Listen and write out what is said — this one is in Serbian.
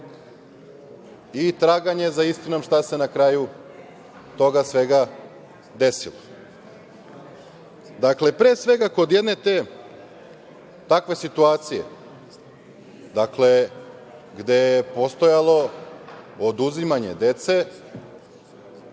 i traganje za istinom šta se na kraju toga svega desilo. Dakle, pre svega kod jedne te takve situacije, dakle, gde je postojalo oduzimanje dece